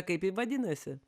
kaip ji vadinasi